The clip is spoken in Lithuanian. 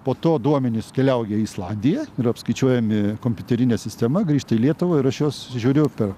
po to duomenys keliauja į islandiją ir apskaičiuojami kompiuterinė sistema grįžta į lietuvą ir aš juos žiūriu per